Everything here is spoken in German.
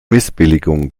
missbilligung